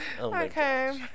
Okay